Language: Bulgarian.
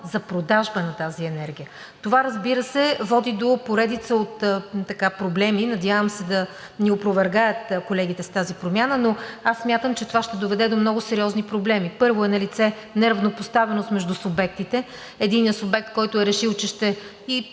за продажба на тази енергия. Това, разбира се, води до поредица от проблеми. Надявам се да ни опровергаят колегите с тази промяна. Смятам, че това ще доведе до много сериозни проблеми. Първо е налице неравнопоставеност между субектите. Единият субект, който е решил и